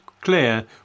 clear